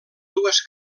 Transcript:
dues